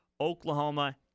Oklahoma